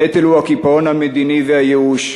הנטל הוא הקיפאון המדיני והייאוש.